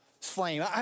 flame